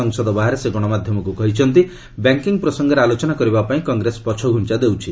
ସଂସଦ ବାହାରେ ସେ ଗଣମାଧ୍ୟମକୁ କହିଛନ୍ତି ଯେ ବ୍ୟାଙ୍କିଙ୍ଗ୍ ପ୍ରସଙ୍ଗରେ ଆଲୋଚନା କରିବା ପାଇଁ କଂଗ୍ରେସ ପଛଘୁଞ୍ଚା ଦେଉଛି